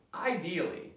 Ideally